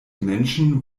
menschen